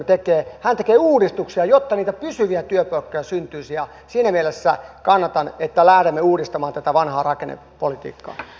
hän tekee uudistuksia jotta niitä pysyviä työpaikkoja syntyisi ja siinä mielessä kannatan että lähdemme uudistamaan tätä vanhaa rakennepolitiikkaa